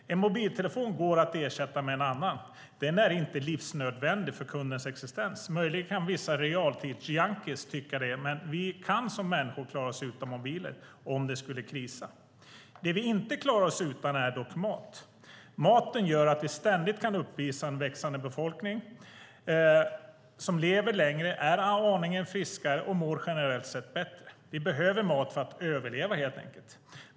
En mobiltelefon går att ersätta med en annan. Den är inte livsnödvändig för kundens existens. Möjligen kan vissa realtidsyankees tycka det, men vi kan som människor klara sig utan mobiler, om det skulle krisa. Det vi inte klarar oss utan är dock mat. Maten gör att vi ständigt kan uppvisa en växande befolkning som lever längre, är aningen friskare och generellt sett mår bättre. Vi behöver mat för att överleva, helt enkelt.